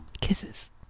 Kisses